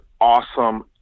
awesome